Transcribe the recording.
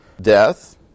death